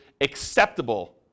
acceptable